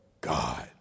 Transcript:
God